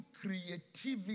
creativity